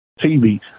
TV